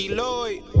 Lloyd